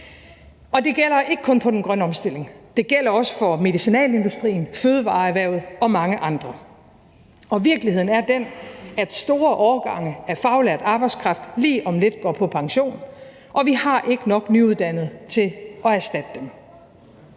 Det gælder ikke kun på den grønne omstilling, det gælder også for medicinalindustrien, fødevareerhvervet og mange andre, og virkeligheden er den, at store årgange af faglært arbejdskraft lige om lidt går på pension, og vi har ikke nok nyuddannede til at erstatte dem.